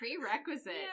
Prerequisite